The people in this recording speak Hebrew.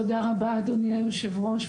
תודה רבה אדוני היושב ראש,